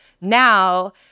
now